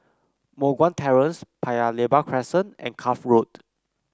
Moh Guan Terrace Paya Lebar Crescent and Cuff Road